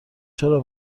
چرا